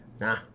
Nah